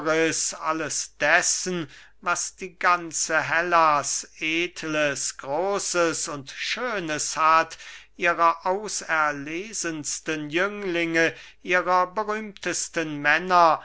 alles dessen was die ganze hellas edles großes und schönes hat ihrer auserlesensten jünglinge ihrer berühmtesten männer